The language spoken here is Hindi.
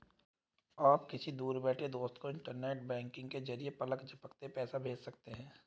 आप किसी दूर बैठे दोस्त को इन्टरनेट बैंकिंग के जरिये पलक झपकते पैसा भेज सकते हैं